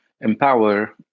empower